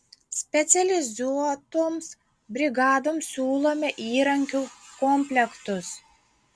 specializuotoms brigadoms siūlome įrankių komplektus